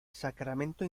sacramento